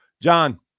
John